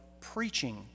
preaching